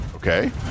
Okay